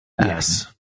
Yes